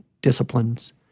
disciplines